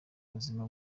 buzima